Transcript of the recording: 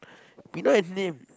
Pinoy have name